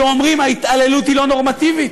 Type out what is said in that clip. שאומרים: ההתעללות היא לא נורמטיבית.